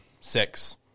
six